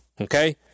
Okay